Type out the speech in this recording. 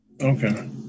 Okay